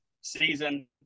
season